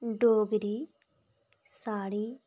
डोगरी साढ़ी